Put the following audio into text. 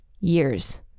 years